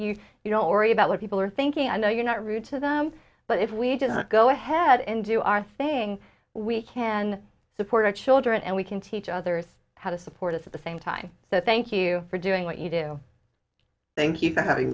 that you don't worry about what people are thinking i know you're not rude to them but if we did go ahead and do our thing we can support our children and we can teach others how to support us at the same time so thank you for doing what you do thank you for having